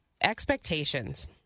expectations